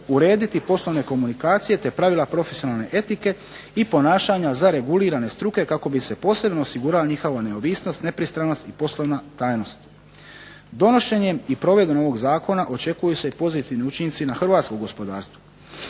urediti poslovne komunikacije, te pravila profesionalne etike, i ponašanja za regulirane struke kako bi se posebno osigurala njihova neovisnost, nepristranost i poslovna tajnost. Donošenjem i provedbom ovog zakona očekuju se i pozitivni učinci na hrvatsko gospodarstvo.